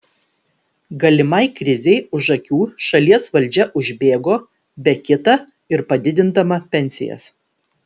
galimai krizei už akių šalies valdžia užbėgo be kita ir padidindama pensijas